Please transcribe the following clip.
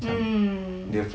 mm